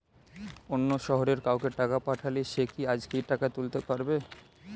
অন্য শহরের কাউকে টাকা পাঠালে সে কি আজকেই টাকা তুলতে পারবে?